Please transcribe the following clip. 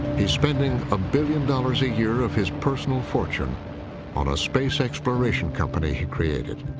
he's spending a billion dollars a year of his personal fortune on a space exploration company he created.